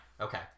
Okay